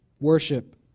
worship